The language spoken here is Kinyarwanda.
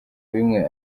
bimwe